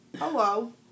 hello